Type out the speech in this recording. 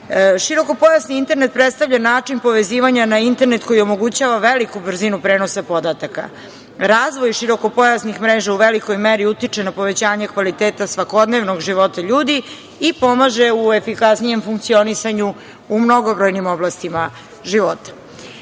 Širokopojasni internet predstavlja način povezivanja na internet koji omogućava veliku brzinu prenosa podataka. Razvoj širokopojasnih mreža u velikoj meri utiče na povećanje kvaliteta svakodnevnog života ljudi i pomaže u efikasnijem funkcionisanju u mnogobrojnim oblastima života.